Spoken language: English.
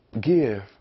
Give